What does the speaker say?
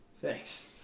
Thanks